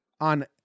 on